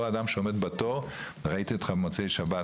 מאוד התרגשתי כשראיתי אותך במוצאי שבת